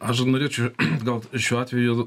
aš dar norėčiau gal šiuo atveju